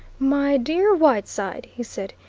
my dear whiteside, he said,